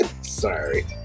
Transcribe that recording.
Sorry